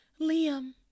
Liam